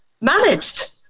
managed